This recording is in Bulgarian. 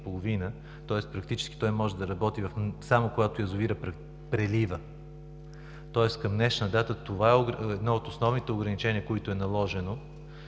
тоест, практически той може да работи само когато язовирът прелива. Към днешна дата това е едно от основните ограничения, което е наложено